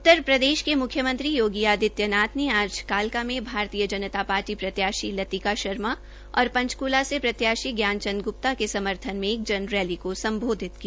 उत्तर प्रदेश के मुख्यमंत्री योगी आदित्य नाथ ने आज कालका में भाजपा प्रत्याशी लतिका शर्मा और पंचकूला से प्रत्याशी ज्ञान चंद गुप्ता के समर्थन में एक जन रेली को सम्बोधित किया